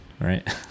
right